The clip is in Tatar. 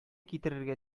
китерергә